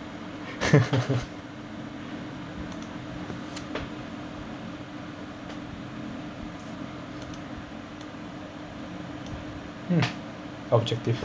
mm objective